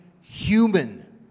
human